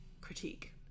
critique